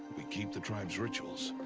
we keep the tribe's rituals.